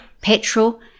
petrol